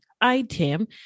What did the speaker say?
item